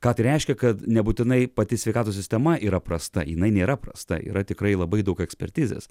ką tai reiškia kad nebūtinai pati sveikatos sistema yra prasta jinai nėra prasta yra tikrai labai daug ekspertizės